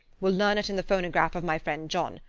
will learn it in the phonograph of my friend john,